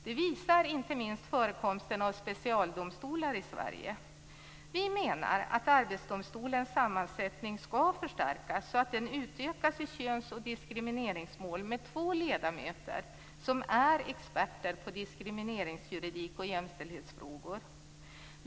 Det visar inte minst förekomsten av specialdomstolar i Sverige. Vi menar att Arbetsdomstolens sammansättning skall förstärkas så att den vid köns och diskrimineringsmål utökas med två ledamöter som är experter på diskrimineringsjuridik och jämställdhetsfrågor.